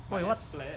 wait what